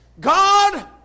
God